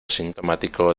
sintomático